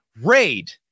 raid